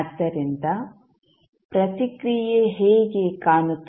ಆದ್ದರಿಂದ ಪ್ರತಿಕ್ರಿಯೆ ಹೇಗೆ ಕಾಣುತ್ತದೆ